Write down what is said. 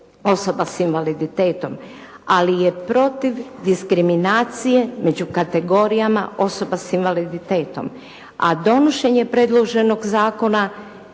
osoba s invaliditetom, ali je protiv diskriminacije među kategorijama osoba s invaliditetom, a donošenje predloženog zakona